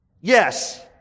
Yes